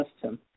custom